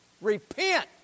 Repent